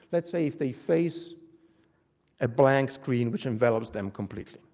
let's say if they face a blank screen which envelops them completely,